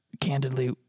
candidly